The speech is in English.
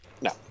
No